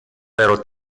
pero